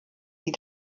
sie